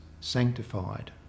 sanctified